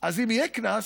אז אם יהיה קנס,